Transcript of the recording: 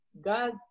god